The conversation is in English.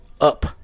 Up